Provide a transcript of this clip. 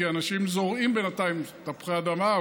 כי אנשים זורעים בינתיים תפוחי אדמה,